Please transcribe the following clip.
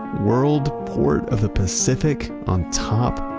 world port of the pacific on top,